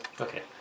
Okay